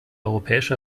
europäische